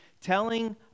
telling